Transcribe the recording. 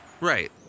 Right